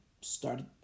started